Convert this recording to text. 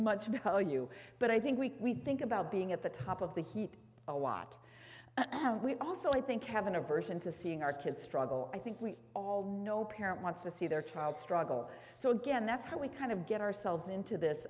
much of you but i think we think about being at the top of the heat awat we also i think have an aversion to seeing our kids struggle i think we all know parent wants to see their child struggle so again that's how we kind of get ourselves into this